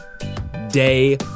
day